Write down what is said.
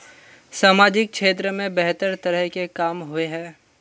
सामाजिक क्षेत्र में बेहतर तरह के काम होय है?